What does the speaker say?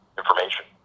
information